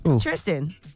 Tristan